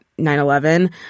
9-11